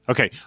Okay